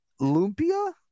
lumpia